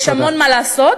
יש המון מה לעשות.